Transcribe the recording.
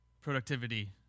productivity